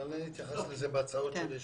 התייחסתי לזה בהצעות שלי.